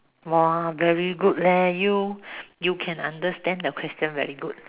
!wah! very good leh you you can understand the question very good